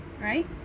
right